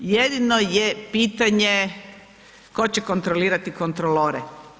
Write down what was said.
Jedino je pitanje tko će kontrolirati kontrolore.